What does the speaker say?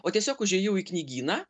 o tiesiog užėjau į knygyną